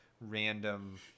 random